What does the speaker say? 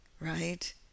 right